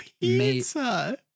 pizza